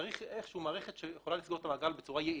צריך מערכת שיכולה לסגור את המעגל בצורה יעילה.